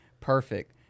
perfect